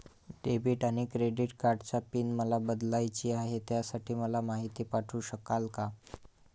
Debit आणि credit कार्डचा pin मला बदलायचा आहे, त्यासाठी मला माहिती पाठवू शकाल का?